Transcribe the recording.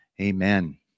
Amen